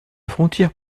frontière